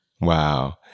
Wow